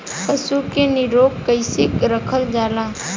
पशु के निरोग कईसे रखल जाला?